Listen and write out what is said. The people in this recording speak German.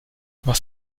was